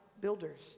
builders